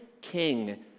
King